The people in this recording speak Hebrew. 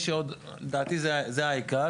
לדעתי זה העיקר,